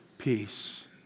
peace